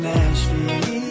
Nashville